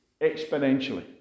exponentially